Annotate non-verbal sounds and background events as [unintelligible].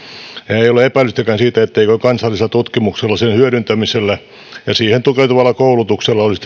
ei ole epäilystäkään siitä etteikö kansallisella tutkimuksella sen hyödyntämisellä ja siihen tukeutuvalla koulutuksella olisi [unintelligible]